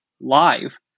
live